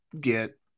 get